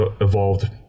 evolved